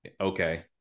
okay